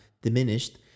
diminished